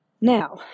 Now